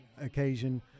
occasion